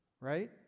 right